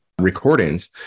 recordings